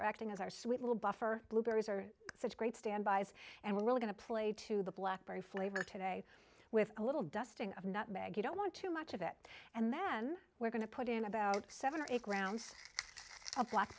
are acting as our sweet little buffer blueberries are such great standbys and we're really going to play to the black berry flavor today with a little dusting of nutmeg you don't want too much of it and then we're going to put in about seven or eight grounds